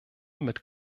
mit